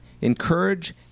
Encourage